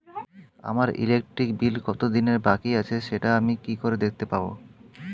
আমার electric bill কত দিনের বাকি আছে সেটা আমি কি করে দেখতে পাবো?